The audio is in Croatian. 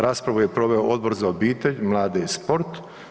Raspravu je proveo Odbor za obitelj, mlade i sport.